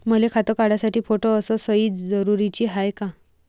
मले खातं काढासाठी फोटो अस सयी जरुरीची हाय का?